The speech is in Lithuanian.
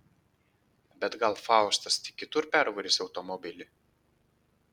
bet gal faustas tik kitur pervarys automobilį